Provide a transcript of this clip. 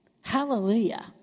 Hallelujah